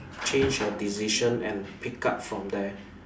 change your decision and pick up from there